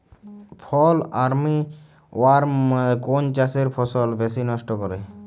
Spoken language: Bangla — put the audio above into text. ফল আর্মি ওয়ার্ম কোন চাষের ফসল বেশি নষ্ট করে?